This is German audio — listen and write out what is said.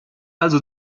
also